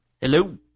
Hello